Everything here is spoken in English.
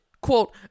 Quote